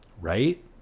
Right